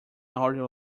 audio